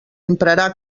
emprarà